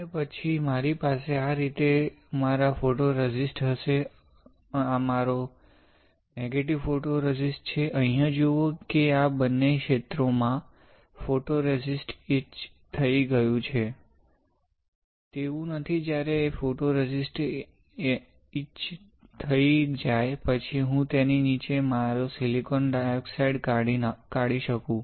અને પછી મારી પાસે આ રીતે મારા ફોટોરેઝિસ્ટ હશે આ મારો નેગેટિવ ફોટોરેઝિસ્ટ છે અહીં જુઓ કે આ બંને ક્ષેત્રોમાંથી ફોટોરેઝિસ્ટ ઇચ થઇ ગયું છે તેવું નથી જ્યારે ફોટોરેઝિસ્ટ ઇચ થઈ જાય પછી હું તેની નીચે મારો સિલિકોન ડાયોક્સાઇડ કાઢી શકું